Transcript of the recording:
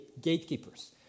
gatekeepers